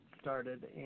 started